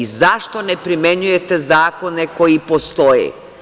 Zašto ne primenjujete zakone koji postoje?